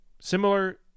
similar